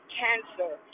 cancer